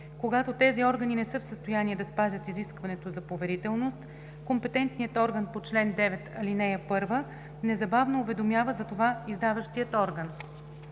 Когато тези органи не са в състояние да спазят изискването за поверителност, компетентният орган по чл. 9, ал. 1 незабавно уведомява за това издаващия орган.